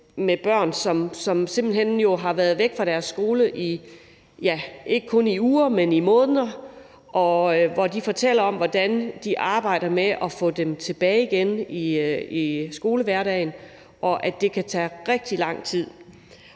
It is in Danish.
med børn, som jo simpelt hen har været væk fra deres skole i ikke kun uger, men i måneder, og hvor de fortæller om, hvordan de arbejder med at få dem tilbage igen i skolehverdagen, og at det kan tage rigtig lang tid.